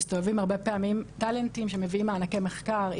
מסתובבים הרבה פעמים טאלנטים שמביאים מענקי מחקר,